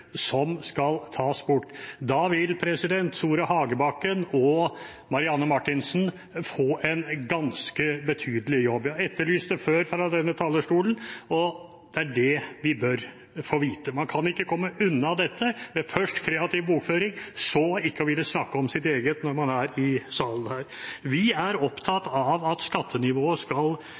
som skal tas bort. Da vil Tore Hagebakken og Marianne Marthinsen få en ganske betydelig jobb. Jeg har etterlyst det før fra denne talerstolen. Vi bør få vite det. Man kan ikke komme unna dette, først med kreativ bokføring, og så ikke ville snakke om sitt eget når en er i salen her. Vi er opptatt av at skattenivået skal